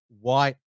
white